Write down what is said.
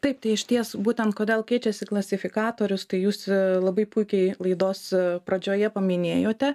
taip tai išties būtent kodėl keičiasi klasifikatorius tai jūs labai puikiai laidos pradžioje paminėjote